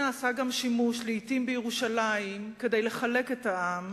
נעשה לעתים שימוש בירושלים גם כדי לחלק את העם,